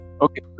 Okay